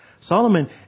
Solomon